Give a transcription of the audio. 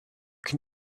can